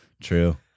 True